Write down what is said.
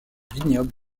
vignobles